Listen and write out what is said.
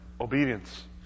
obedience